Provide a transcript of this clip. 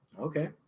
Okay